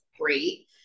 great